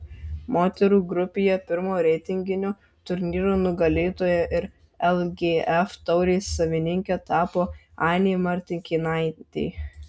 moterų grupėje pirmo reitinginio turnyro nugalėtoja ir lgf taurės savininke tapo ainė martinkėnaitė